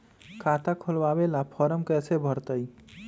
खाता खोलबाबे ला फरम कैसे भरतई?